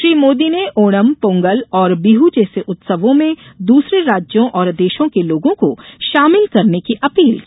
श्री मोदी ने ओणम पोंगल और बिह् जैसे उत्सवों में दूसरे राज्यों और देशों के लोगों को शामिल करने की अपील की